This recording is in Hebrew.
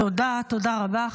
תודה רבה.